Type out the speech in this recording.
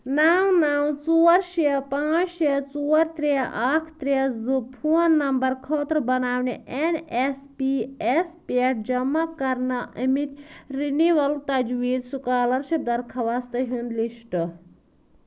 نَو نَو ژور شےٚ پانٛژھ شےٚ ژور ترٛےٚ اَکھ ترٛےٚ زٕ فون نمبر خٲطرٕ بناونہِ این ایس پی یَس پٮ۪ٹھ جمع کرنہٕ آمٕتۍ رِنیٖوَل تجویٖد سُکالرشِپ درخواستن ہُنٛد لسٹ